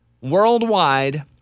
Worldwide